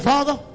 Father